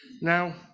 Now